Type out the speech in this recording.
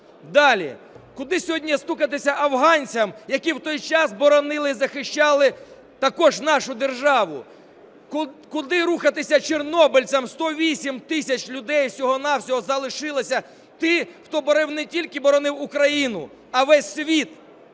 Далі. Куди сьогодні стукатися афганцям, які в той час боронили, захищали також нашу державу? Куди рухатися чорнобильцям? 108 тисяч людей всього-на-всього залишилося тих, хто не тільки боронив Україну, а весь світ.